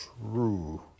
true